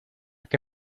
qué